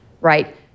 right